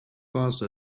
passed